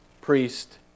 priest